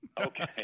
Okay